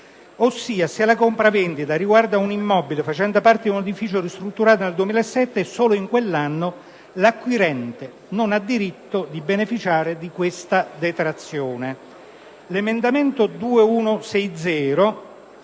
che se la compravendita riguarda un immobile facente parte di un edificio ristrutturato nel 2007, e solo in quell'anno, l'acquirente non ha diritto di beneficiare della detrazione.